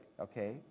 okay